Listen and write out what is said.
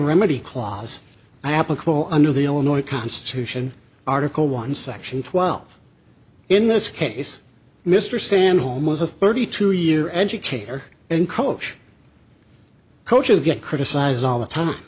remedy clause applicable under the illinois constitution article one section twelve in this case mr stan homo's a thirty two year educator and coach coaches get criticized all the time